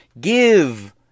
give